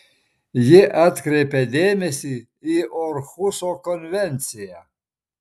ji atkreipia dėmesį į orhuso konvenciją